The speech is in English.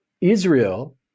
israel